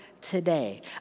today